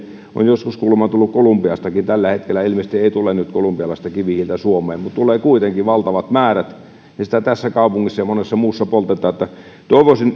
on joskus kuulemma tullut kolumbiastakin tällä hetkellä ei ilmeisesti tule kolumbialaista kivihiiltä suomeen mutta tulee kuitenkin valtavat määrät ja sitä tässä kaupungissa ja monessa muussa poltetaan niin että toivoisin